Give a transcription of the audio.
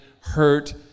hurt